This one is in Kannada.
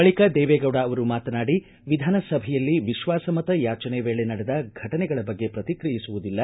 ಬಳಿಕ ದೇವೇಗೌಡ ಅವರು ಮಾತನಾಡಿ ವಿಧಾನಸಭೆಯಲ್ಲಿ ವಿಶ್ವಾಸಮತ ಯಾಚನೆ ವೇಳೆ ನಡೆದ ಘಟನೆಗಳ ಬಗ್ಗೆ ಪ್ರತಿಕ್ರಯಿಸುವುದಿಲ್ಲ